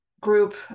group